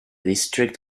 district